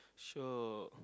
so